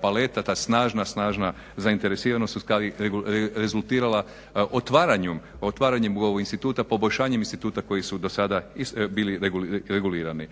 paleta ta snažna, snažna zainteresiranost ustvari rezultirala otvaranjem poboljšanjem instituta koji su do sada bili regulirani.